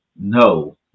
no